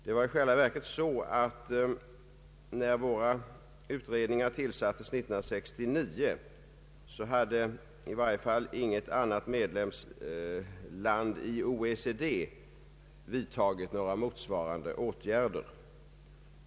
Det var i själva verket så, att när våra utredningar tillsattes, 1969, hade i varje fall inget annat medlemsland i OECD vidtagit några motsvarande åtgärder.